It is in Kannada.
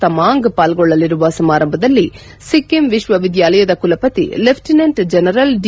ತಮಾಂಗ್ ಪಾಲ್ಗೊಳ್ಳಲಿರುವ ಸಮಾರಂಭದಲ್ಲಿ ಸಿಕ್ಕಿಂ ವಿಶ್ವವಿದ್ದಾಲಯದ ಕುಲಪತಿ ಲೆಫ್ಟಿನೆಂಟ್ ಜನರಲ್ ಡಿ